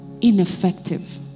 ineffective